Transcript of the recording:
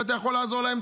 אבל אתה יכול לעזור להם,